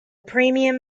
premium